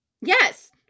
Yes